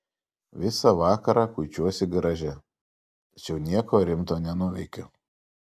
visą vakarą kuičiuosi garaže tačiau nieko rimto nenuveikiu